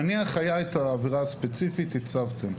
נניח הייתה עבירה ספציפית, הצבתם.